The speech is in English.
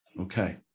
Okay